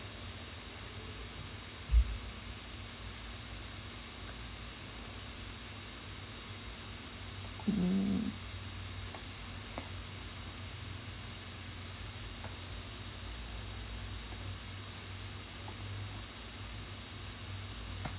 mm